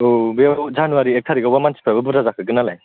औ बेयाव जानुवारिनि एक थारिकआवबा मानसिफ्राबो बुरजा जाहैगोन नालाय